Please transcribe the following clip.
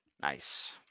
Nice